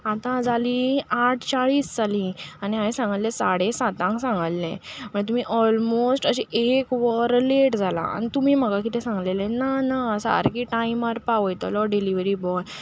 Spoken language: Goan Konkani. आतां जालीं आठ चाळीस जालीं आनी हांवें सांगल्लें साडे सातांक सांगल्लें मागीर तुमी ऑलमोस्ट अशें एक वर लेट जालां आनी तुमी म्हाका कितें सांगलेलें ना ना सारके टायमार पावयतलो डिलिव्हरी बॉय